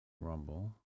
Rumble